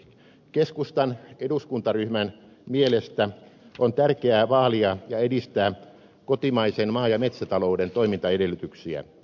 keskustan eduskuntaryhmän mielestä on tärkeä vaalia ja edistää kotimaisen maa ja metsätalouden toimintaedellytyksiä